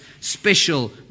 special